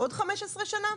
עוד 15 שנה?